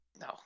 No